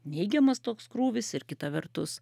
neigiamas toks krūvis ir kita vertus